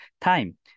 time